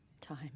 Time